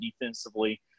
defensively